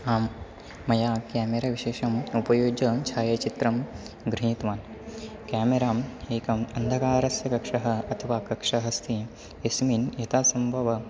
आं मया केमेरा विशेषम् उपयुज्य छायाचित्रं गृहीत्वान् केमेराम् एकम् अन्धकारस्य कक्षः अथवा कक्षः अस्ति यस्मिन् यथा सम्भवं